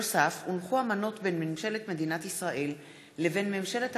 אמנות בין ממשלת מדינת ישראל לבין ממשלת